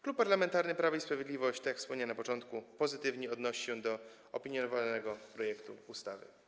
Klub Parlamentarny Prawo i Sprawiedliwość, tak jak wspomniałem na początku, pozytywnie odnosi się do opiniowanego projektu ustawy.